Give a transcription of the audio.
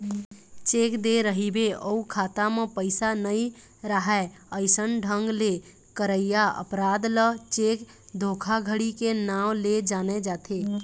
cheque दे रहिबे अउ खाता म पइसा नइ राहय अइसन ढंग ले करइया अपराध ल चेक धोखाघड़ी के नांव ले जाने जाथे